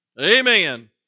Amen